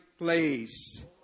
place